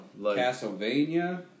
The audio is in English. Castlevania